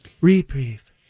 Reprieve